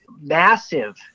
massive